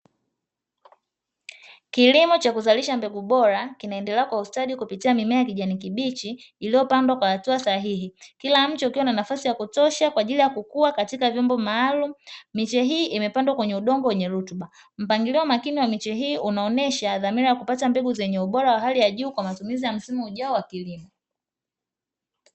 Kilimo cha kuzalisha mbegu bora kinaendelea kwa ustadi kupitia mimea ya kijani kibichi iliyopandwa kwa hatua sahihi, kila mche ukiwa na nafasi ya kutosha kwa ajili ya kukuwa katika vyombo maalumu. Miche hii imepandwa kwenye udongo wenye rutuba, mpangilio makini wa miche hii unaonyesha dhamira ya kupata mbegu zenye ubora wa hali ya juu kwa matumizi ya msimu ujao wa kilimo.